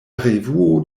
revuo